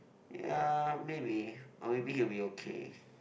ya maybe or maybe he'll be okay